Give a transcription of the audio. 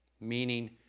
meaning